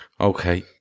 Okay